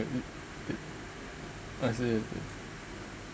I see